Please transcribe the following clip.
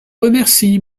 remercie